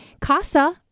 CASA